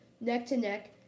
neck-to-neck